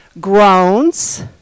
groans